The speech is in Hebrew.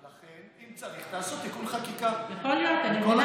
לכן, אם צריך, תעשו תיקון חקיקה, עם כל הכבוד.